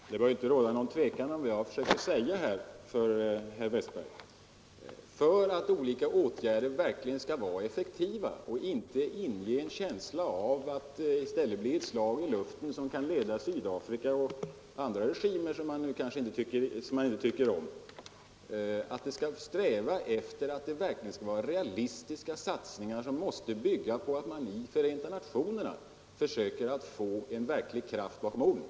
Herr talman! Det bör inte råda någon tvekan om vad jag har försökt att säga här till herr Wästberg i Stockholm. För att olika åtgärder verkligen skall vara effektiva och inte inge en känsla av att i stället bli ett slag i luften mot Sydafrika och andra regimer som vi inte tycker om skall vi sträva efter realistiska satsningar. som måste bygga på att Förenta nationerna sätter kraft bakom orden.